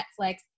Netflix